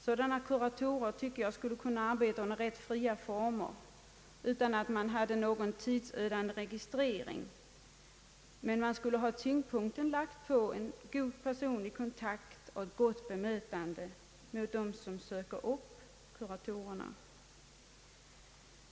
Sådana «kuratorer borde kunna arbeta under rätt fria former utan tidsödande registrering men med tyngdpunkten lagd på en god personlig kontakt och ett gott bemötande mot dem som söker upp kuratorerna.